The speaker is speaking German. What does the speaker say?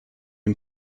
dem